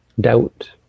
Doubt